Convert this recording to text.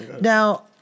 Now